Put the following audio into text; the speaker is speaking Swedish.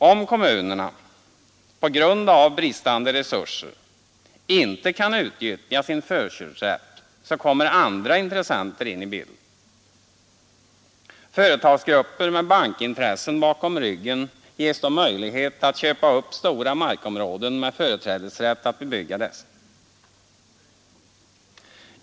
Om kommunerna, på grund av bristande resurser, inte kan utnyttja sin förköpsrätt kommer andra intressenter in i bilden. Företagsgrupper med bankintressen bakom ryggen ges då möjlighet att köpa upp stora markområden med företrädesrätt att bebygga dessa.